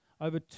Over